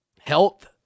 health